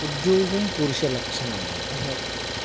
ಉದ್ಯೋಗಂ ಪುರುಷ ಲಕ್ಷಣಮ್ ಅಂತ ಹೇಳ್ತಾರೆ